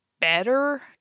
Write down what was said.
better